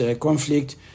conflict